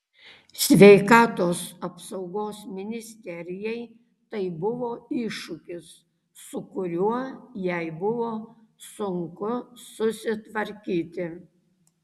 sveikatos apsaugos ministerijai tai buvo iššūkis su kuriuo jai buvo sunku susitvarkyti